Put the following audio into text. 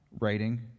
writing